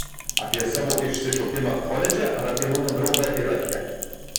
apie savo išsišokimą koledže ar apie mano draugą irake